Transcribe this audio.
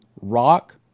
rock